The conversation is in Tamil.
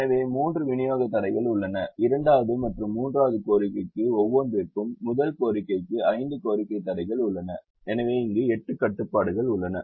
எனவே 3 விநியோக தடைகள் உள்ளன இரண்டாவது மற்றும் மூன்றாவது கோரிக்கைக்கு ஒவ்வொன்றிற்கும் முதல் கோரிக்கைக்கு 5 கோரிக்கை தடைகள் உள்ளன எனவே இங்கு 8 கட்டுப்பாடுகள் உள்ளன